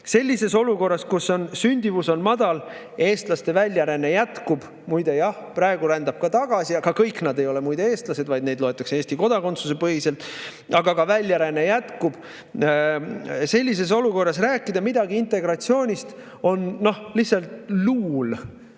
Oleme olukorras, kus sündimus on madal ja eestlaste väljaränne jätkub. Jah, praegu rändab ka tagasi, aga kõik nad ei ole muide eestlased, vaid neid loetakse Eesti kodakondsuse põhiselt. Väljaränne jätkub! Sellises olukorras rääkida midagi integratsioonist on lihtsalt luul.